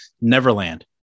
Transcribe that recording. Neverland